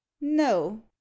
no